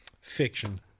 Fiction